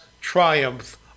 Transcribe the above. triumph